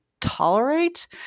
tolerate